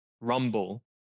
Rumble